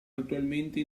attualmente